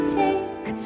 take